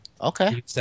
Okay